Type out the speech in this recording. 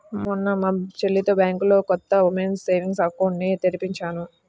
మొన్న మా చెల్లితో బ్యాంకులో కొత్త ఉమెన్స్ సేవింగ్స్ అకౌంట్ ని తెరిపించాను